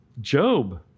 Job